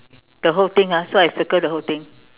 the whole thing ah so I circle the whole thing